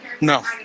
No